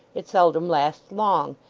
it seldom lasts long.